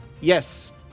Yes